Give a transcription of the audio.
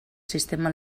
sistema